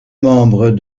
membres